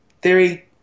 theory